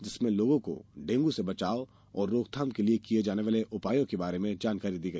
जिसमें लोगों को डेंगू से बचाव और रोकथाम के लिये किये जाने वाले उपायों के बारे में बताया गया